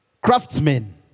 craftsmen